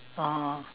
(uh huh)